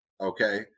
Okay